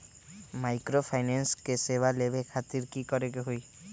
Microfinance के सेवा लेबे खातीर की करे के होई?